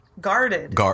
guarded